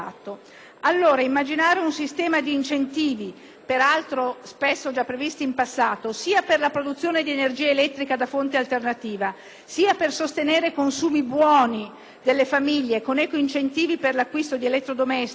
peraltro spesso già previsti in passato, sia per la produzione di energia elettrica da fonte alternativa, sia per sostenere consumi buoni delle famiglie con ecoincentivi per gli acquisti di elettrodomestici a consumi più contenuti sarebbe saggio.